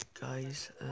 guys